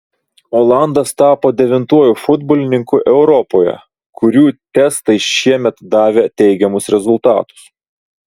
olandas tapo devintuoju futbolininku europoje kurių testai šiemet davė teigiamus rezultatus